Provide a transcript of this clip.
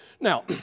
Now